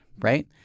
right